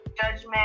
judgment